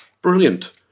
brilliant